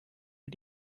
für